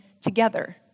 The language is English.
together